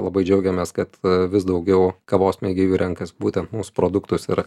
labai džiaugiamės kad vis daugiau kavos mėgėjų renkasi būtent mūsų produktus ir